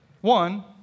One